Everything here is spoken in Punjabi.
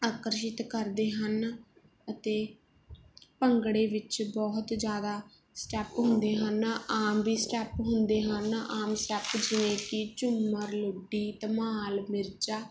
ਆਕਰਸ਼ਿਤ ਕਰਦੇ ਹਨ ਅਤੇ ਭੰਗੜੇ ਵਿੱਚ ਬਹੁਤ ਜ਼ਿਆਦਾ ਸਟੈਪ ਹੁੰਦੇ ਹਨ ਆਮ ਵੀ ਸਟੈਪ ਹੁੰਦੇ ਹਨ ਆਮ ਸਟੈਪ ਜਿਵੇਂ ਕਿ ਝੂਮਰ ਲੁੱਡੀ ਧਮਾਲ ਮਿਰਜ਼ਾਂ